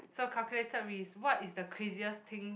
so calculated risk what is the craziest thing